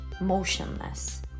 motionless